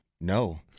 No